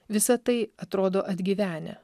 visa tai atrodo atgyvenę